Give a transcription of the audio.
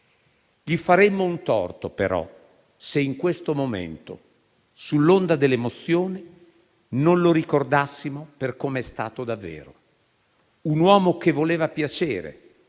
Gli faremmo un torto, però, se in questo momento, sull'onda delle emozioni, non lo ricordassimo per come è stato davvero: un uomo che voleva piacere